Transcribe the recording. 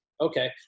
okay